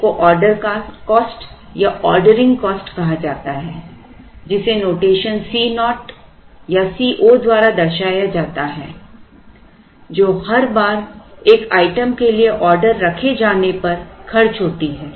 एक को order cost या ऑर्डरिंग कॉस्ट कहा जाता है जिसे नोटेशन C naught या C 0 या Co द्वारा दर्शाया जाता है जो हर बार एक आइटम के लिए ऑर्डर रखे जाने पर खर्च होती है